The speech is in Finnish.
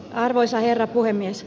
arvoisa herra puhemies